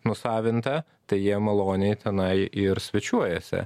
nusavinta tai jie maloniai tenai ir svečiuojasi